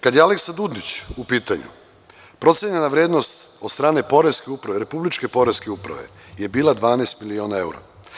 Kada je „Aleksa Dundić“ u pitanju, procenjena vrednost od strane Poreske uprave, od Republičke poreske uprave je bila 12 miliona evra.